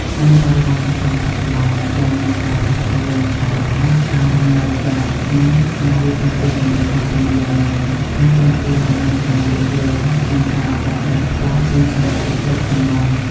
ក្នុងបរិបទសង្គមបច្ចុប្បន្ន ដែលមានការផ្លាស់ប្តូរយ៉ាងឆាប់រហ័ស ការរស់នៅបែបនេះនៅតែជាជម្រើសដ៏ពេញនិយមមួយ តែទាមទារឲ្យមានការយោគយល់ និងការបត់បែនខ្ពស់ពីសមាជិកគ្រប់ជំនាន់។